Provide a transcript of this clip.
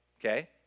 okay